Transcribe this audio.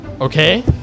Okay